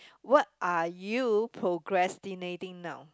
what are you procrastinating now